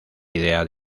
idea